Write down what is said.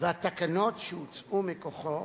והתקנות שהוצאו מכוחו,